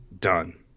Done